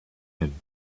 him